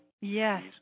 Yes